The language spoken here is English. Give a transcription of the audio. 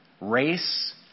race